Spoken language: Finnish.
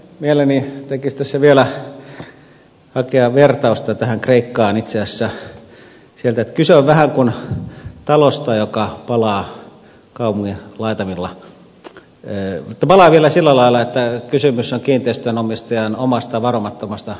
mieleni tekisi tässä vielä hakea vertausta tähän kreikkaan itse asiassa siitä että kyse on vähän kuin talosta joka palaa kaupungin laitamilla ja palaa vielä sillä lailla että kysymys on kiinteistönomistajan omasta varomattomasta tulenkäsittelystä